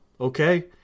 Okay